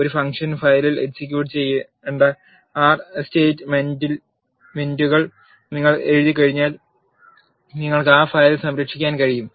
ഒരു ഫംഗ്ഷൻ ഫയലിൽ എക്സിക്യൂട്ട് ചെയ്യേണ്ട ആർ സ്റ്റേറ്റ് മെന്റുകൾ നിങ്ങൾ എഴുതിയുകഴിഞ്ഞാൽ നിങ്ങൾക്ക് ആ ഫയൽ സംരക്ഷിക്കാൻ കഴിയും